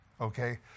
okay